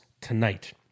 tonight